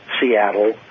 Seattle